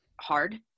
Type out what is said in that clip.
hard